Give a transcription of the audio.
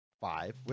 Five